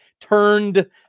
turned –